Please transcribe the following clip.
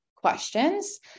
Questions